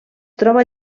troba